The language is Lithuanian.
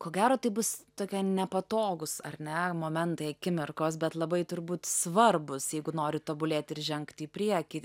ko gero tai bus tokie nepatogūs ar ne momentai akimirkos bet labai turbūt svarbūs jeigu nori tobulėti ir žengti į priekį